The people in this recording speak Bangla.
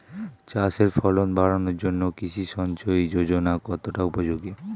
চাষের ফলন বাড়ানোর জন্য কৃষি সিঞ্চয়ী যোজনা কতটা উপযোগী?